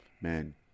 Man